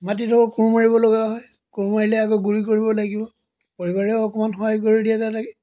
মাটিডোখৰ কোৰ মাৰিবলগা হয় কোৰ মাৰিলে আকৌ গুড়ি কৰিব লাগিব পৰিবাৰেও অকণমান সহায় কৰি দিয়ে তাতে